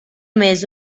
més